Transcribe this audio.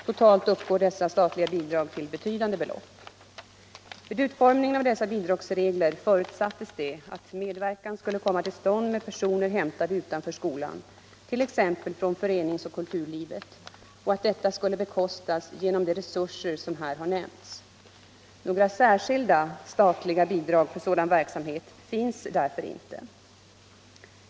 Totalt uppgår dessa statliga bidrag till betydande belopp. Vid utformningen av dessa bidragsregler förutsattes det att medverkan skulle komma till stånd med personer hämtade utanför skolan, t.ex. från förenings och kulturlivet, och att deta skulle bekostas genom de resurser som här har nämnts. Några särskilda statliga bidrag för sådan verksamhet finns därför inte.